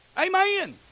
Amen